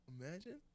Imagine